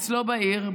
אצלו בעיר.